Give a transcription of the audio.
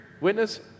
Witness